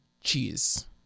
cheese